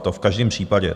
To v každém případě.